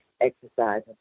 exercise